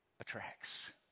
attracts